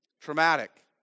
Traumatic